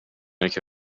عینک